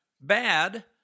bad